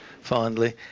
fondly